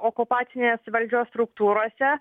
okupacinės valdžios struktūrose